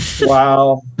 wow